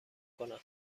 کنم